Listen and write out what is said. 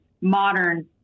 modern